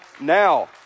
now